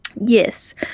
Yes